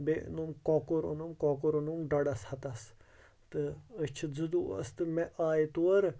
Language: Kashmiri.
بیٚیہِ اوٚنُم کۄکُر اوٚنُم کۄکُر اوٚنُم ڈۄڈس ہَتَس تہٕ أسۍ چھِ زٕ دوس تہٕ مےٚ آیہِ تورِ